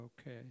okay